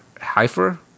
heifer